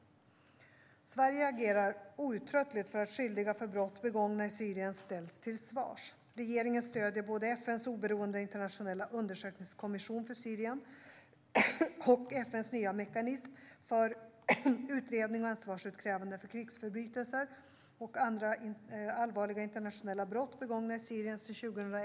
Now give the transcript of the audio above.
Sverige agerar outtröttligt för att skyldiga till brott begångna i Syrien ska ställas till svars. Regeringen stöder både FN:s oberoende internationella undersökningskommission för Syrien och FN:s nya mekanism för utredning och ansvarsutkrävande för krigsförbrytelser och andra allvarliga internationella brott begångna i Syrien sedan 2011 .